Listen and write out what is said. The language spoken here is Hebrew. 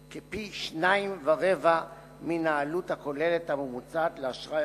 כפי-2.25 מן העלות הכוללת הממוצעת לאשראי